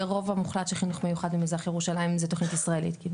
הרוב המוחלט של חנ"מ במזרח ירושלים זה תכנית ישראלית.